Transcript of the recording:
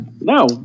No